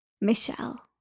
Michelle